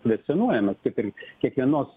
kvescionuojamas kaip ir kiekvienos